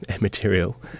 material